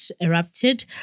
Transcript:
erupted